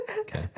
Okay